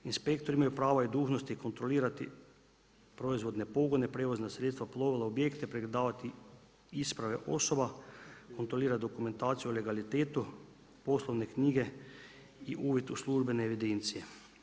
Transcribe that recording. Inspektori imaju prava i dužnosti kontrolirati proizvodne pogone, prijevozna sredstva, plovila, objekte, pregledavati isprave osoba, kontrolirati dokumentaciju o legalitetu, poslovne knjige i uvid u službene evidencije.